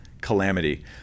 calamity